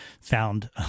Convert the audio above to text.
found